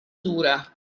dura